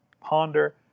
ponder